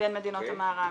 מבין מדינות המערב.